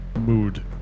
mood